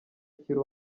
akiri